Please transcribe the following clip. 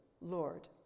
Lord